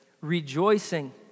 rejoicing